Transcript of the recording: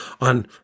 on